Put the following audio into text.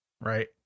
Right